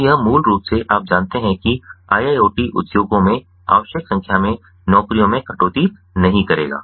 तो यह मूल रूप से आप जानते हैं कि IIoT उद्योगों में आवश्यक संख्या में नौकरियों में कटौती नहीं करेगा